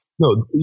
No